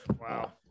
Wow